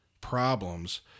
problems